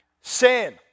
Sin